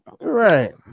Right